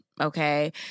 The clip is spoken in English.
okay